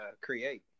create